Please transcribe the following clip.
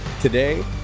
today